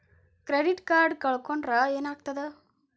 Credit card ಕಳ್ಕೊಂಡ್ರ್ ಏನಾಗ್ತದ?